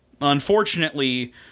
Unfortunately